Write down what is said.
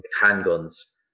handguns